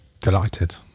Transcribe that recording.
Delighted